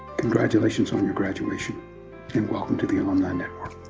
congratulations on your graduation and welcome to the alumni network.